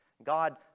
God